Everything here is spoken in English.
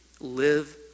live